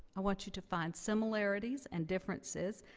i want you to find similarities and differences,